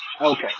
Okay